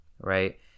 right